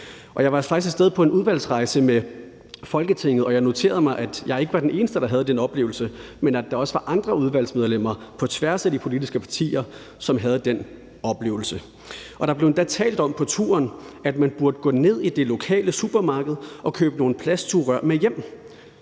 Jeg var faktisk af sted på en udvalgsrejse med Folketinget, og jeg noterede mig, at jeg ikke var den eneste, der havde den oplevelse, men at der også var andre udvalgsmedlemmer på tværs af de politiske partier, som havde den oplevelse. Der blev endda på turen talt om, at man burde gå ned i det lokale supermarked og købe nogle plasugerør med hjem.